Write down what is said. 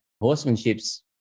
horsemanship's